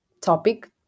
topic